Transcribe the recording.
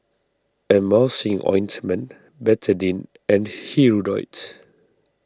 Emulsying Ointment Betadine and Hirudoid